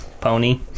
pony